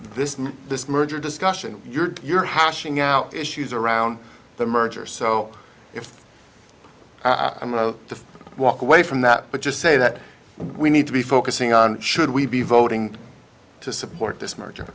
in this merger discussion you're hashing out issues around the merger so if i'm going to walk away from that but just say that we need to be focusing on should we be voting to support this merger